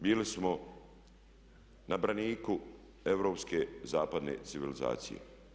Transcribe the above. Bili smo na braniku europske zapadne civilizacije.